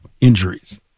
injuries